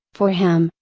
for him,